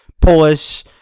Polish